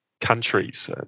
countries